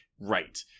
Right